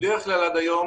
בדרך כלל עד היום,